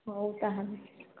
ହଉ ତାହେଲେ